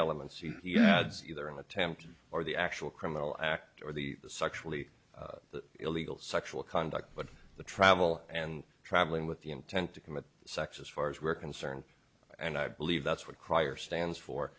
elements you yeah that's either an attempt or the actual criminal act or the sexually illegal sexual conduct but the travel and traveling with the intent to commit sex as far as we're concerned and i believe that's what cryer stands for